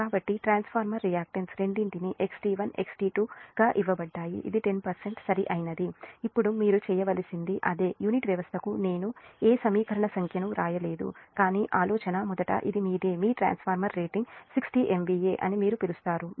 కాబట్టి transformer reactance రెండింటికి XT1 XT2 ఇవ్వబడ్డాయి ఇది 10 సరైనది ఇప్పుడు మీరు చేయవలసింది అదే యూనిట్ వ్యవస్థకు నేను ఏ సమీకరణ సంఖ్యను వ్రాయలేదు కాని ఆలోచన మొదట ఇది మీదే మీ ట్రాన్స్ఫార్మర్ రేటింగ్ 60 MVA అని మీరు పిలుస్తారు